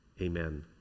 amen